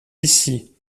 ici